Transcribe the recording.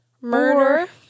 murder